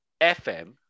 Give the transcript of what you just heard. FM